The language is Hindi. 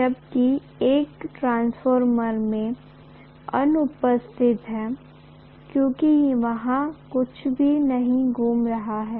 जबकि कि एक ट्रांसफार्मर में अनुपस्थित है क्योंकि वहाँ कुछ भी नहीं घूम रहा है